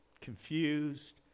confused